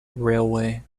railway